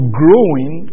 growing